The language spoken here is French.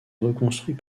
reconstruit